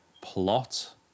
plot